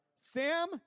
Sam